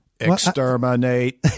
exterminate